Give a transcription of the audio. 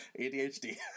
ADHD